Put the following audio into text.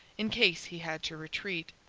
in case he had to retreat.